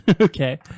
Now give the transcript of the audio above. Okay